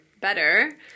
better